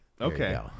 Okay